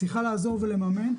היא צריכה לעזור ולממן.